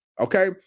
okay